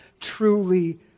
truly